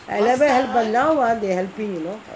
they never help but now ah they helping you know